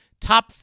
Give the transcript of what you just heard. top